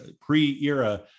pre-era